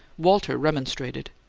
walter remonstrated.